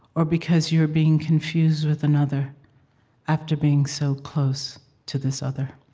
or because you are being confused with another after being so close to this other?